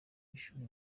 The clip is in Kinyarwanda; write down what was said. ishuri